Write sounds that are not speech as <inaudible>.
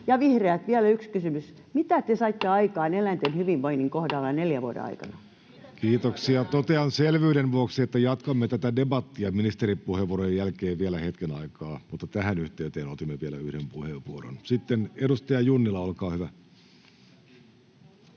vihreät, vielä yksi kysymys: mitä te saitte aikaan <noise> eläinten hyvinvoinnin kohdalla neljän vuoden aikana? Kiitoksia. — Totean selvyyden vuoksi, että jatkamme tätä debattia ministeripuheenvuorojen jälkeen vielä hetken aikaa, mutta tähän yhteyteen otimme vielä yhden puheenvuoron. — Sitten edustaja Junnila, olkaa hyvä.